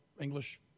English